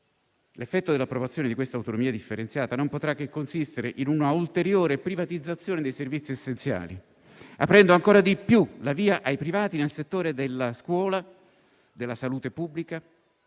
L'effetto dell'approvazione di questa autonomia differenziata non potrà che consistere in una ulteriore privatizzazione dei servizi essenziali, aprendo ancora di più la via ai privati nel settore della scuola, della salute pubblica